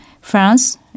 France